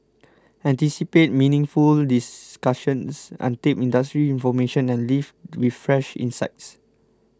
anticipate meaningful discussions untapped industry information and leave with fresh insights